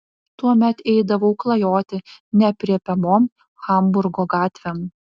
tuomet eidavau klajoti neaprėpiamom hamburgo gatvėm